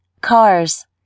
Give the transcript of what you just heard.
cars